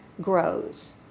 grows